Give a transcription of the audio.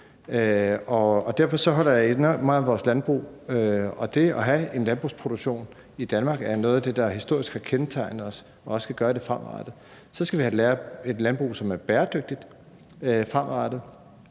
derfor holder jeg enormt meget af vores landbrug. Det at have en landbrugsproduktion er noget af det, der historisk har kendetegnet os i Danmark og også skal gøre det fremadrettet. Så skal vi have et landbrug, som er bæredygtigt fremadrettet,